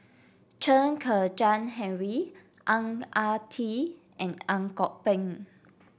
Chen Kezhan Henri Ang Ah Tee and Ang Kok Peng